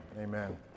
Amen